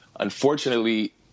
Unfortunately